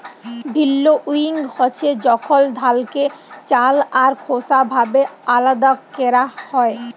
ভিল্লউইং হছে যখল ধালকে চাল আর খোসা ভাবে আলাদা ক্যরা হ্যয়